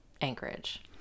Anchorage